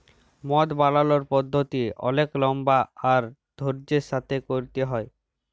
মদ বালালর পদ্ধতি অলেক লম্বা আর ধইর্যের সাথে ক্যইরতে হ্যয়